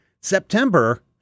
September